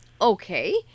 Okay